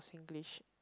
singlish